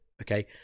Okay